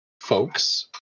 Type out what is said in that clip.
folks